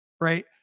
Right